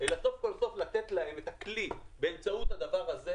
אלא סוף כל סוף לתת להם את הכלי באמצעות הדבר הזה.